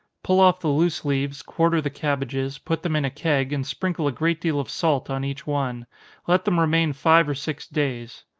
pull off the loose leaves, quarter the cabbages, put them in a keg, and sprinkle a great deal of salt, on each one let them remain five or six days.